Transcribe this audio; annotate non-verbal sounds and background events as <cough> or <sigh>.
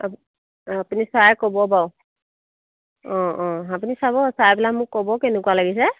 <unintelligible> আপুনি চাই ক'ব বাৰু অঁ অঁ আপুনি চাব চাই পেলাই মোক ক'ব কেনেকুৱা লাগিছে